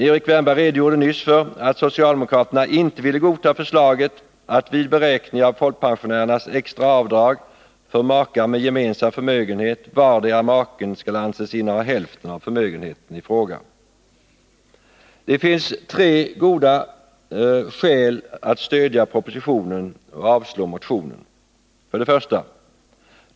Erik Wärnberg redogjorde nyss för att socialdemokraterna inte ville godta förslaget att vid beräkning av folkpensionärernas extra avdrag för makar med gemensam förmögenhet vardera maken skall anses inneha hälften av förmögenheten i fråga. Det finns tre goda skäl att stödja propositionen och avslå motionen. 1.